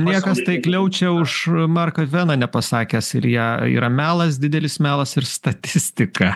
niekas taikliau čia už marką tveną nepasakęs ilja yra melas didelis melas ir statistika